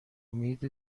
امید